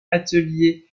atelier